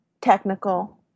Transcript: technical